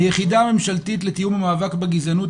היחידה הממשלתית לתאום המאבק בגזענות,